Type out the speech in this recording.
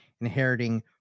inheriting